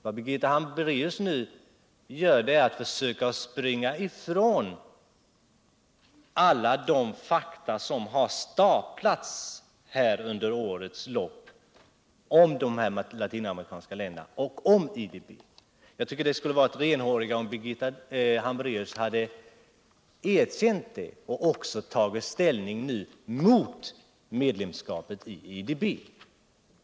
Vad hon nu gör är att försöka springa ifrån alla de fakta som har staplats på varandra under årets lopp om de latinamerikanska länderna och IDB. Jag tycker det skulle ha varit renhårigare om Birgitta Hambraeus hade erkänt detta och tagit ställning mot medlemskapet i IDB.